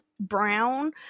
Brown